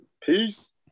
peace